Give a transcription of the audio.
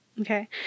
Okay